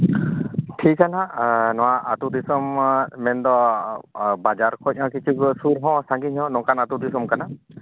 ᱴᱷᱤᱠ ᱜᱮᱭᱟ ᱦᱟᱸᱜ ᱱᱚᱣᱟ ᱟᱹᱛᱩ ᱫᱤᱥᱚᱢ ᱢᱮᱱ ᱫᱚ ᱵᱟᱡᱟᱨ ᱠᱚ ᱡᱟᱦᱟᱸ ᱠᱤᱪᱷᱩ ᱥᱩᱨ ᱦᱚᱸ ᱥᱟᱺᱜᱤᱧ ᱦᱚᱸ ᱱᱚᱝᱠᱟᱱ ᱟᱹᱛᱩ ᱫᱤᱥᱚᱢ ᱠᱟᱱᱟ